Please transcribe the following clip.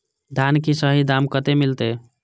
धान की सही दाम कते मिलते?